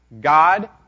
God